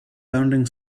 bounding